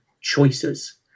choices